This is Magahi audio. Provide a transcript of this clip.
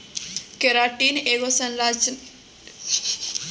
केराटिन एगो संरचनात्मक प्रोटीन हइ जे कई कशेरुकियों में कठोर सतह पर स्थित होबो हइ